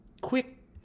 quick